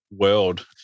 world